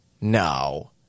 No